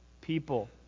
people